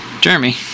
Jeremy